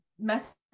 mess